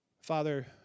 Father